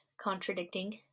contradicting